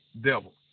devil